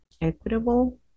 equitable